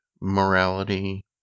morality